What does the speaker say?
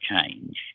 change